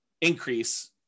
increase